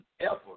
effort